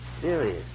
serious